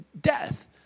death